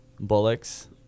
Bullocks